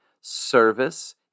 Service